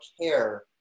care